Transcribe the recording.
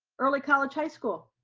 early college high school.